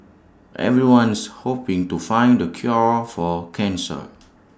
everyone's hoping to find the cure for cancer